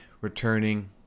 returning